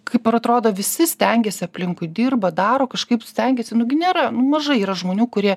kaip ir atrodo visi stengiasi aplinkui dirba daro kažkaip stengiasi nu gi nėra nu mažai yra žmonių kurie